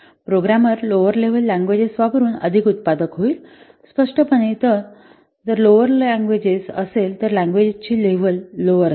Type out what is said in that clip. programmer lower level languages वापरून अधिक उत्पादक होईल स्पष्टपणे तर जर लोवर लँग्वेजेस असेल तर लँग्वेजेजची लेव्हल लोवर असेल